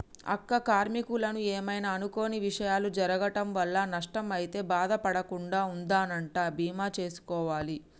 అక్క కార్మీకులకు ఏమైనా అనుకొని విషయాలు జరగటం వల్ల నష్టం అయితే బాధ పడకుండా ఉందనంటా బీమా సేసుకోవాలి